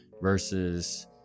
versus